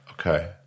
Okay